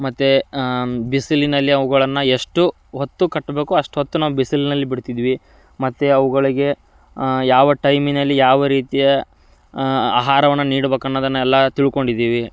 ಮತ್ತು ಬಿಸಿಲಿನಲ್ಲಿ ಅವುಗಳನ್ನು ಎಷ್ಟು ಹೊತ್ತು ಕಟ್ಬೇಕು ಅಷ್ಟು ಹೊತ್ತು ನಾವು ಬಿಸಿಲಿನಲ್ಲಿ ಬಿಡ್ತಿದ್ವಿ ಮತ್ತಿ ಅವುಗಳಿಗೆ ಯಾವ ಟೈಮಿನಲ್ಲಿ ಯಾವ ರೀತಿಯ ಆಹಾರವನ್ನು ನೀಡ್ಬೇಕನ್ನೋದನ್ನೆಲ್ಲಾ ತಿಳ್ಕೊಂಡಿದ್ದೀವಿ